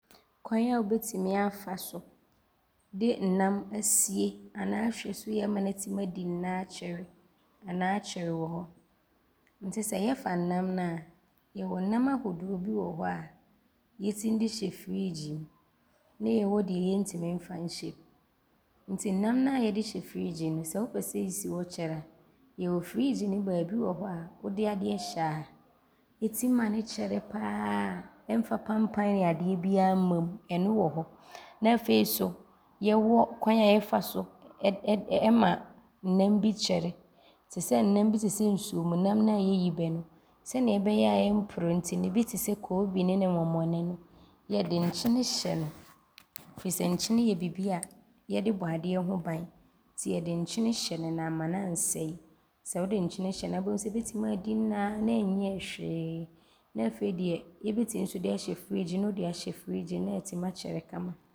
Kwan a wobɛtim afa so de nnam asie anaa ahwɛ so yie ama ne atim adi nna akyɛre anaa akyɛre wɔ hɔ. Nti sɛ yɛfa nnam na a, yɛwɔ nnam ahodoɔ bi wɔ hɔ a yɛtim de hyɛ friigyi mu ne yɛwɔ deɛ yɛntim mfa nhyɛ friigyi mu nti nnam na a yɛde hyɛ friigyi mu no, sɛ wopɛ sɛ ɔsi hɔ kyɛre a, yɛwɔ friigyi ne baabi wɔ hɔ a, wode adeɛ hyɛ a ɔtim ma ne kyɛre pa ara ɔmfa pampane ne adeɛ biaa mma mu, ɔno wɔ hɔ ne afei so yɛwɔ kwan a yɛfa so ɔma nnam bi kyɛre. Te sɛ nnam bi te sɛ nsuomnam na a yɛyi bɛ no, sɛdeɛ ɔbɛyɛ a ɔmporɔ nti no bi te sɛ koobi ne ne mɔmɔne no, yɛde nkyene hyɛ no firi sɛ nkyene yɛ bibi a yɛde bɔ adeɛ ho ban nti yɛde nkyene hyɛ no na amma ne ansɛe. Sɛ wode hyɛ no a, wobɛhu sɛ ɔbɛtim aadi nna a ne ɔnyɛɛ hwee ne afei deɛ yɛbɛtim so de ahyɛ friigyi mu ne wode ahyɛ friigyi mu ne aatim akyɛre kama.